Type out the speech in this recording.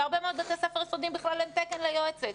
בהרבה מאוד בתי ספר יסודיים בכלל אין תקן ליועצת,